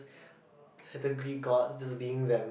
the Greek gods just being them